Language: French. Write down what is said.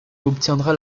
obtiendra